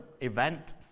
event